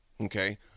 Okay